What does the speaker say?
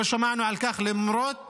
לא שמענו על כך, למרות